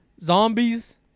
Zombies